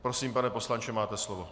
Prosím, pane poslanče, máte slovo.